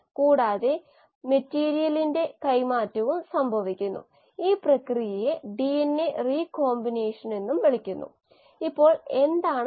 പൊതുവേ ഒരു മീഡിയത്തിൽ ഒരു കാർബൺ ഉറവിടം അടങ്ങിയിരിക്കുന്നു ഗ്ലൂക്കോസ് വളരെ സാധാരണ കാർബൺ ഉറവിടമാണ് സസ്യങ്ങളുടെ കാര്യത്തിൽ കാർബൺ ഡൈ ഓക്സൈഡ് കാർബൺ ഉറവിടമാണെന്ന് നമ്മൾ സംസാരിച്ചു